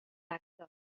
actes